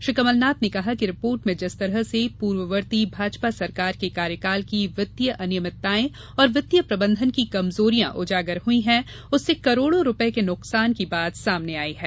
श्री कमलनाथ ने कहा कि रिपोर्ट में जिस तरह से पूर्ववर्ती भाजपा सरकार के कार्यकाल की वित्तीय अनियमितताएं और वित्तीय प्रबंधन की कमजोरियां उजागर हुई हैं उससे करोड़ों रुपये के नुकसान की बात सामने आयी है